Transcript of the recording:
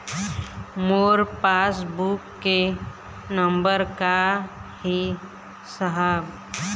मोर passbook के number का ही साहब?